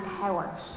power